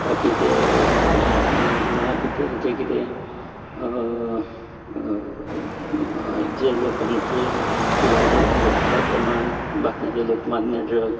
बाकीचे महात्मे किंवां इतर जे कितें जे लोकांचे शिवाजी धर त्या प्रमाण बाकीचे लोकमान्य टिळक